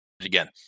again